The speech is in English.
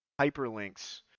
hyperlinks